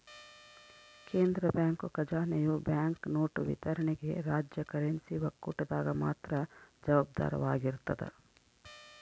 ಕೇಂದ್ರ ಬ್ಯಾಂಕ್ ಖಜಾನೆಯು ಬ್ಯಾಂಕ್ನೋಟು ವಿತರಣೆಗೆ ರಾಜ್ಯ ಕರೆನ್ಸಿ ಒಕ್ಕೂಟದಾಗ ಮಾತ್ರ ಜವಾಬ್ದಾರವಾಗಿರ್ತದ